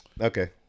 okay